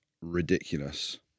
Ridiculous